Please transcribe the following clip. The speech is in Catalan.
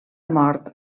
mort